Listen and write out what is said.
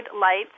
lights